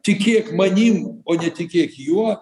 tikėk manim o netikėk juo